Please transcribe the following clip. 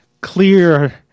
clear